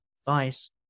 advice